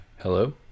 Hello